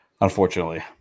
unfortunately